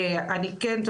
אני כן,